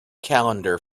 calendar